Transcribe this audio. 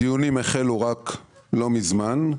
הדיונים החלו רק לא מזמן,